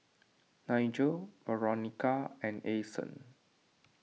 Nigel Veronica and Ason